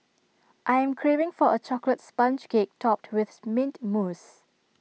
I am craving for A Chocolate Sponge Cake Topped with Mint Mousse